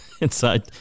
inside